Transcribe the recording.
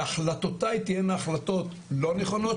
שהחלטותיי תהיינה החלטות לא נכונות,